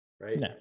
right